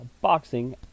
Boxing